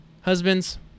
Husbands